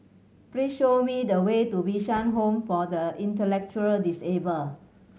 please show me the way to Bishan Home for the Intellectually Disabled